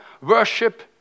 worship